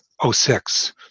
06